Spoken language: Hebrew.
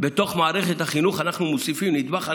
בתוך מערכת החינוך אנחנו מוסיפים נדבך על